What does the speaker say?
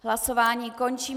Hlasování končím.